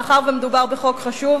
מאחר שמדובר בחוק חשוב.